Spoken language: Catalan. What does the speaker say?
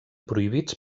prohibits